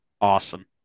Awesome